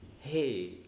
hey